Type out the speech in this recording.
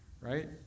right